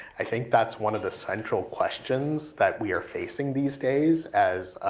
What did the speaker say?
i think that's one of the central questions that we are facing these days as